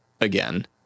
again